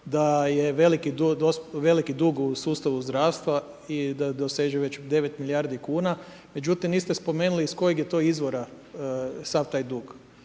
da je veliki dug u sustavu zdravstva i da doseže već 9 milijardi kuna, no međutim niste spomenuli iz kojeg je to izvora sav taj dug.